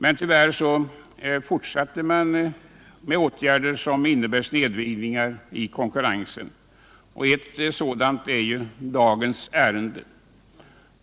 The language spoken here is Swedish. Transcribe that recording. Men tyvärr fortsätter man med åtgärder som innebär snedvridningar av konkurrensen. Dagens ärende gäller en sådan åtgärd.